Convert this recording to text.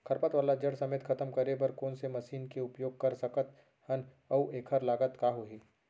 खरपतवार ला जड़ समेत खतम करे बर कोन से मशीन के उपयोग कर सकत हन अऊ एखर लागत का होही?